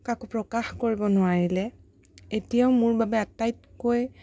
তাকো প্ৰকাশ কৰিব নোৱাৰিলে এতিয়াও মোৰ বাবে আটাইতকৈ